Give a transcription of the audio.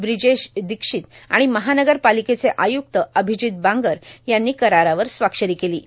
ब्रिजेश दोक्षित आर्माण महानगर पार्लकेचे आयुक्त आभजीत बांगर यांनी करारावर स्वाक्षरां केलां